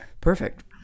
Perfect